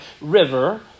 river